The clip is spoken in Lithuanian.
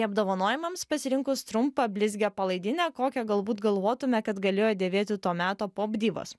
apdovanojimams pasirinkus trumpą blizgią palaidinę kokią galbūt galvotume kad galėjo dėvėti to meto pop divos